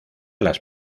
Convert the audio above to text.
las